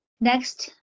Next